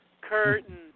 Curtain